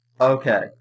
okay